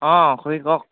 অঁ খুৰী কওক